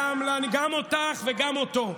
אתה לא יכול ללמד אותו.